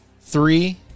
Three